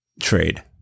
trade